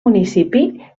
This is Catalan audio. municipi